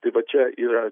tai va čia yra